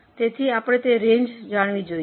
તેથી આપણે તે રેન્જ જાણવી જોઈએ